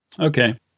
Okay